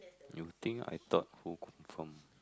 you think I thought who confirm